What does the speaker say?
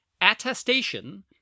attestation